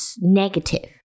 negative